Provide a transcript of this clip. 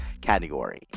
category